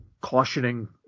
cautioning